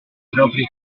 proprie